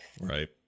Right